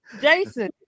Jason